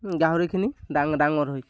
গাহৰিখিনি ডাঙ ডাঙৰ হয়